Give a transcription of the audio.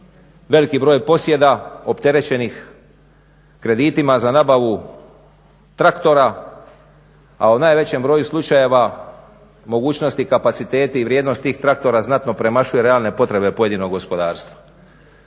veliki broj posjeda opterećenih kreditima za nabavu traktora, a u najvećem broju slučajeva mogućnosti, i kapaciteti i vrijednost tih traktora znatno premašuje realne potrebe pojedinog gospodarstva.